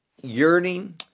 yearning